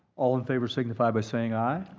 all in favor signify by saying aye.